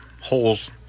holes